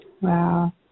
Wow